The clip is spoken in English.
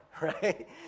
right